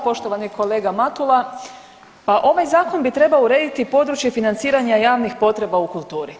Poštovani kolega Matula, pa ovaj zakon bi trebao urediti područje financiranja javnih potreba u kulturi.